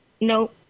no